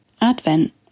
Advent